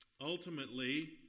ultimately